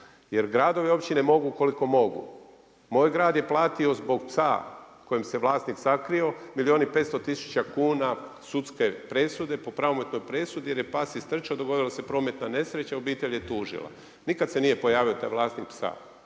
jer gradovi i općine mogu koliko mogu. Moj grad je plati zbog psa kojem se vlasnik sakrio milijun i 500 tisuća kuna sudske presude po pravomoćnoj presudi jer je pas istrčao dogodila se prometna nesreća, obitelj je tužila. Nikad se nije pojavio taj vlasnik psa,